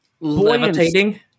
Levitating